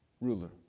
ruler